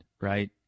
right